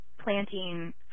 planting